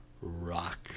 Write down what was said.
rock